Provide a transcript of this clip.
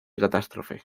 catástrofe